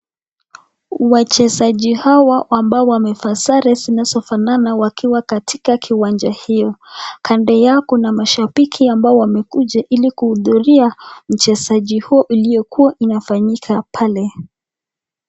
Wachezaji hawa ambao wamevaa sare zinazofanana wakiwa katika kiwanja hio. Kando yao kuna mashambiki ambao wamekuja ili kuhudhuria uchezaji huo iliokuwa inafanyika pale.